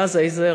ואז עזר,